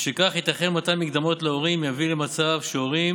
ובשל כך ייתכן שמתן מקדמות להורים יביא למצב שהורים